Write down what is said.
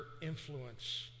influence